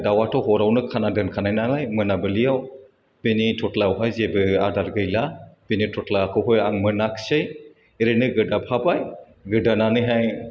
दाउआथ' हरावनो खाना दोनखानाय नालाय मोना बोलियाव बेनि थथ्लायावहाय जेबो आदार गैला बिनि थथ्लाखौबो आं मोनाखसै एरैनो गोदाफाबाय गोदानानैहाय